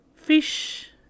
Fish